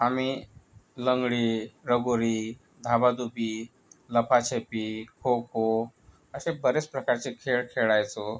आम्ही लंगडी लगोरी धाबाधुपी लपाछपी खो खो असे बरेच प्रकारचे खेळ खेळायचो